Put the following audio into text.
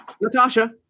Natasha